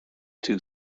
two